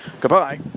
Goodbye